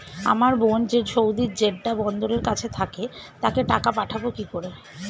আমার বোন যে সৌদির জেড্ডা বন্দরের কাছে থাকে তাকে টাকা পাঠাবো কি করে?